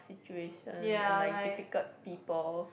situation and like difficult people